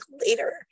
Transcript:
later